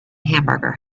hamburger